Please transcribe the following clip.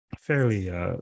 Fairly